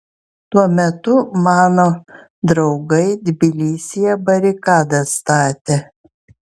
tuo metu mano draugai tbilisyje barikadas statė